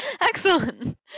Excellent